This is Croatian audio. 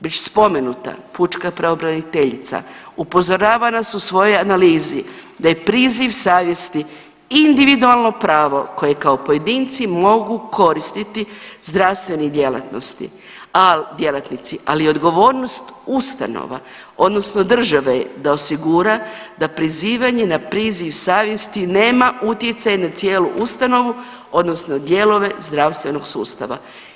Već spomenuta pučka pravobraniteljica upozorava nas u svojoj analizi da je priziv savjesti individualno pravo koje kao pojedinci mogu koristiti zdravstveni djelatnosti, djelatnici, ali odgovornost ustanova odnosno države je da osigura da prizivanje na priziv savjesti nema utjecaj na cijelu ustanovu odnosno dijelove zdravstvenog sustava.